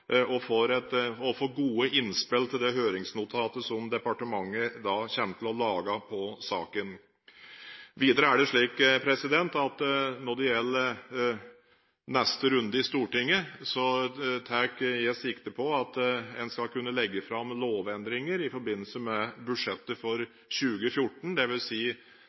en får et best mulig beslutningsgrunnlag og får gode innspill til det høringsnotatet som departementet kommer til å lage i saken. Videre er det slik at når det gjelder neste runde i Stortinget, tar jeg sikte på at en skal kunne legge fram lovendringer i forbindelse med budsjettet for 2014,